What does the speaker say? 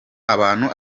abantu